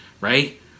right